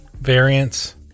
variants